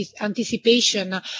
anticipation